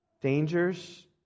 dangers